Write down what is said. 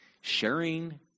sharing